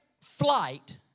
flight